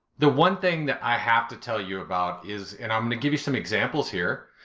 the one thing that i have to tell you about is. and i'm going to give you some examples here,